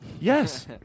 Yes